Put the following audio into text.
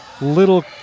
Little